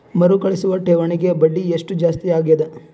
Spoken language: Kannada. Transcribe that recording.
ಮರುಕಳಿಸುವ ಠೇವಣಿಗೆ ಬಡ್ಡಿ ಎಷ್ಟ ಜಾಸ್ತಿ ಆಗೆದ?